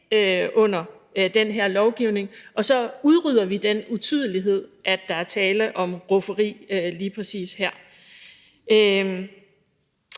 under den her lovgivning, og så udrydder vi den utydelighed, i forhold til at der er tale om rufferi lige præcis her.